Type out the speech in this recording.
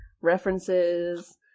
references